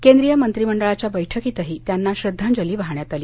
केंद्रीय मंत्री मंडळाच्या बैठकीतही त्यांना श्रद्धांजली वाहण्यात आली